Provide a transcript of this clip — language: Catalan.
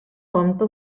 compte